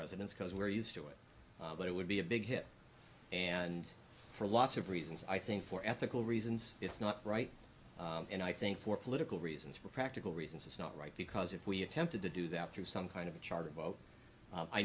residents because we're used to it but it would be a big hit and for lots of reasons i think for ethical reasons it's not right and i think for political reasons for practical reasons it's not right because if we attempted to do that through some kind of a charter boat